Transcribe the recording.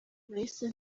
nahise